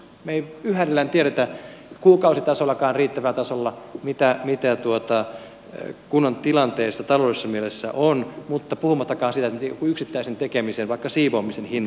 me emme edelleenkään tiedä kuukausitasollakaan riittävällä tasolla mitä kunnan tilanteessa taloudellisessa mielessä on puhumattakaan siitä että tietäisimme yksittäisen tekemisen vaikka siivoamisen kustannusta